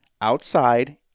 outside